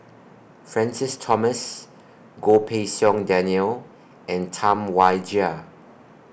Francis Thomas Goh Pei Siong Daniel and Tam Wai Jia